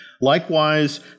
Likewise